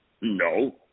no